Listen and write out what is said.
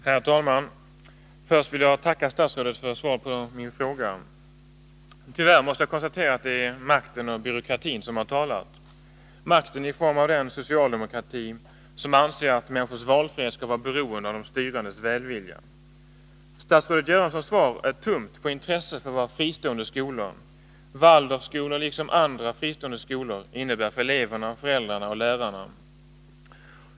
Herr talman! Först vill jag tacka statsrådet för svaret på min fråga. Tyvärr måste jag konstatera att det är makten och byråkratin som har talat — makten i form av den socialdemokrati som anser att människors valfrihet skall vara beroende av de styrandes välvilja. Statsrådet Göranssons svar är tomt på intresse för vad fristående skolor — Waldorfskolor liksom andra fristående skolor — innebär för eleverna, föräldrarna och lärarna.